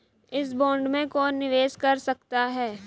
इस बॉन्ड में कौन निवेश कर सकता है?